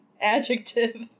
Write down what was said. adjective